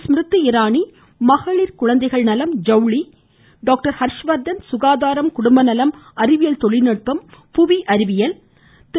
ஸ்மிர்தி இராணி மகளிர் குழந்தைகள் நலம் மற்றும் ஜவுளி டாக்டர் ஹர்ஷ் வர்தன் சுகாதாரம் குடும்பநலம் அறிவியல் தொழில்நுட்பம் புவி திரு